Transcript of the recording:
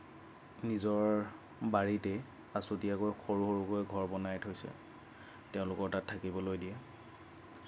নিজৰ বাৰীতেই আচুতীয়াকৈ সৰু সৰুকৈ ঘৰ বনাই থৈছে তেওঁলোকৰ তাত থাকিবলৈ দিয়ে